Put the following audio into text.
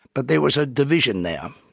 but there was a division now,